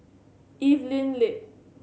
Evelyn Lip